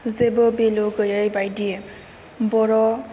जेबो बेलु गोयै बायदि बर'